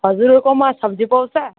हजुरहरूकोमा सब्जी पाउँछ